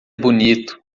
bonito